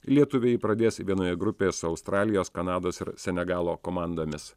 lietuviai jį pradės vienoje grupėje su australijos kanados ir senegalo komandomis